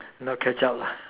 not catch up lah